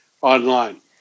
online